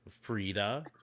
Frida